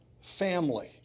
family